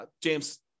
James